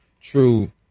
true